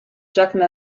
jacques